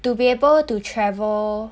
to be able to travel